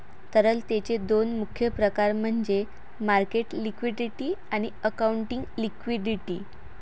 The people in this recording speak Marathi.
तरलतेचे दोन मुख्य प्रकार म्हणजे मार्केट लिक्विडिटी आणि अकाउंटिंग लिक्विडिटी